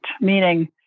Meaning